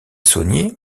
saunier